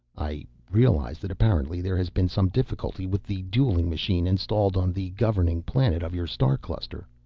i realize that apparently there has been some difficulty with the dueling machine installed on the governing planet of your star cluster.